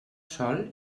sol